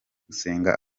gusenga